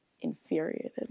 infuriated